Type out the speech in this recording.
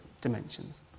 dimensions